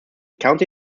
county